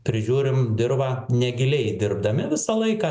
prižiūrim dirvą negiliai įdirbdami visą laiką